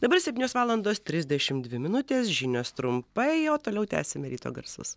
dabar septynios valandos trisdešim dvi minutės žinios trumpai o toliau tęsime ryto garsus